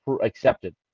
accepted